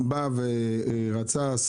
ב-SMS.